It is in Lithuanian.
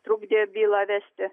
trukdė bylą vesti